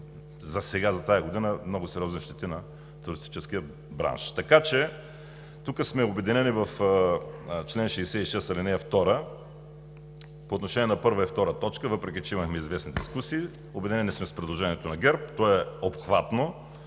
засега за тази година много сериозни щети на туристическия бранш. Така че тук сме обединени в чл. 66, ал. 2 – по отношение на т. 1 и 2, въпреки че имахме известни дискусии, обединени сме с предложението на ГЕРБ, то е обхватно.